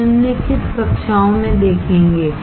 हम निम्नलिखित कक्षाओं में देखेंगे